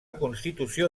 constitució